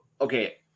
okay